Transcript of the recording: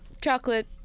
chocolate